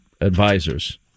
advisors